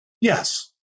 Yes